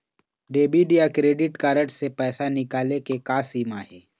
Debit या credit card से पैसा निकाले के का सीमा हे?